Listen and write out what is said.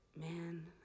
man